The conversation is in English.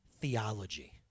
theology